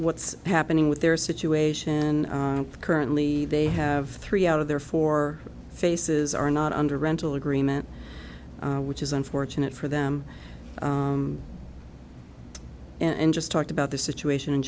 what's happening with their situation currently they have three out of their four faces are not under rental agreement which is unfortunate for them and just talked about the situation in